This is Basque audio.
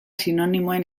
sinonimoen